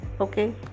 okay